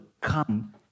come